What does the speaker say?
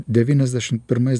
devyniasdešim pirmais